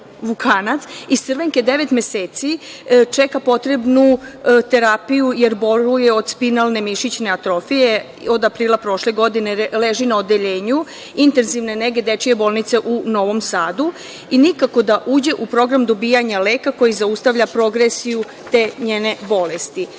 Vukanac iz Crvenke devet meseci čeka potrebnu terapiju, jer boluje od spinalne mišićne atrofije? Od aprila prošle godine leži na odeljenju intenzivne nege dečije bolnice u Novom Sadu i nikako da uđe u program dobijanja leka koji zaustavlja progresiju te njene bolesti. Naime,